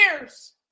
years